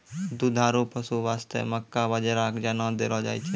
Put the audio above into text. दुधारू पशु वास्तॅ मक्का, बाजरा, चना देलो जाय छै